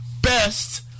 best